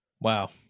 Wow